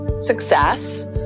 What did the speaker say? success